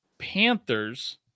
Panthers